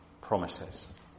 promises